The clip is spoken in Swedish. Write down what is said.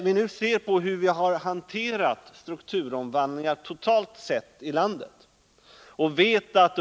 Vi vet hur man har hanterat strukturomvandlingar totalt sett i landet.